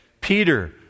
Peter